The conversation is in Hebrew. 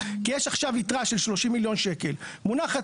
כי יש עכשיו יתרה של 30 מיליון שקל שמונחת.